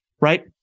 Right